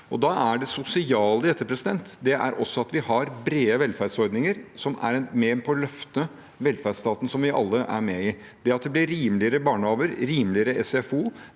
Det sosiale i dette er også at vi har brede velferdsordninger, som er med på å løfte velferdsstaten, som vi alle er med i. Det at det blir rimeligere barnehage og rimeligere SFO,